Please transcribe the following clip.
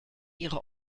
ihre